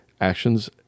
actions